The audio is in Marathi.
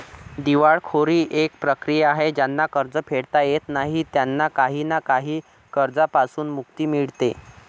दिवाळखोरी एक प्रक्रिया आहे ज्यांना कर्ज फेडता येत नाही त्यांना काही ना काही कर्जांपासून मुक्ती मिडते